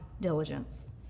diligence